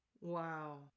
wow